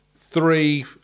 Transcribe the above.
three